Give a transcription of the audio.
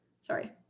sorry